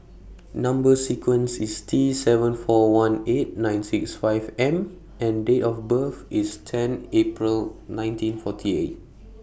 Number sequence IS T seven four one eight nine six five M and Date of birth IS ten April nineteen forty eight